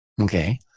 Okay